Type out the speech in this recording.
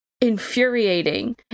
infuriating